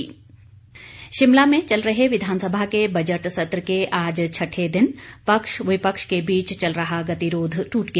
गतिरोध समाप्त शिमला में चल रहे विधानसभा के बजट सत्र के आज छठे दिन पक्ष विपक्ष के बीच चल रहा गतिरोध ट्रट गया